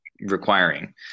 requiring